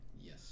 Yes